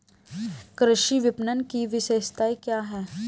कृषि विपणन की विशेषताएं क्या हैं?